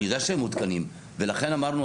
אני יודע שהם מעודכנים ולכן אמרנו,